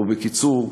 ובקיצור,